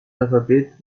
alphabet